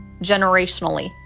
generationally